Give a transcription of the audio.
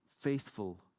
faithful